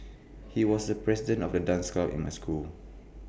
he was the president of the dance club in my school